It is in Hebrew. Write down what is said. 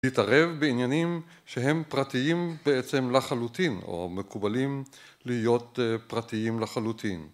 להתערב בעניינים שהם פרטיים בעצם לחלוטין או מקובלים להיות פרטיים לחלוטין.